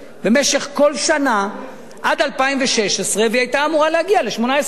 כל שנה עד 2016, והיא היתה אמורה להגיע ל-18%.